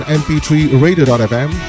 mp3radio.fm